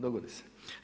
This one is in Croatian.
Dogodi se.